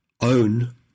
own